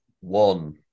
One